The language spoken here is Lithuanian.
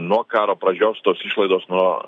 nuo karo pradžios tos išlaidos nuo